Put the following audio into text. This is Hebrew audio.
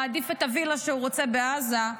מעדיף את הווילה שהוא רוצה בעזה,